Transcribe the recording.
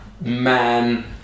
man